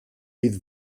bydd